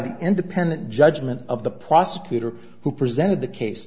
the independent judgment of the prosecutor who presented the case